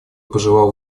пожелал